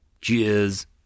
Cheers